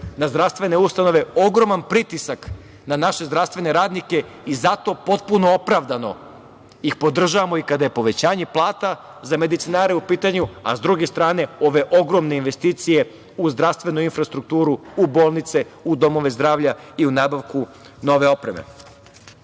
na zdravstvene ustanove, ogroman pritisak na naše zdravstvene radnike i zato potpuno opravdano ih podržavamo kada je povećanje plata za medicinare u pitanju, a sa druge strane, ove ogromne investicije u zdravstvenu infrastrukturu u bolnice, u domove zdravlja i u nabavku nove opreme.U